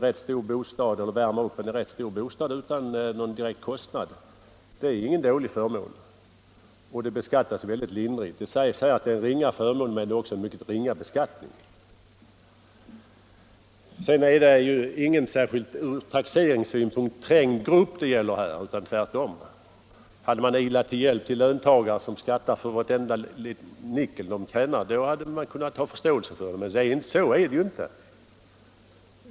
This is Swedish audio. Att kunna värma upp en stor bostad utan några direkta kostnader är ingen dålig förmån, och den beskattas dessutom mycket lindrigt. Det har här sagts att det är en ringa förmån men det kan också sägas vara en mycket ringa beskattning. Det är inte heller någon från taxeringssynpunkt särskilt trängd grupp det här gäller. Tvärtom. Om man hade ilat till de löntagares hjälp som skattar för vartenda nickel de tjänar — ja, då hade jag kunnat ha förståelse för det. Men så är det ju inte.